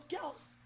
girls